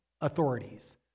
authorities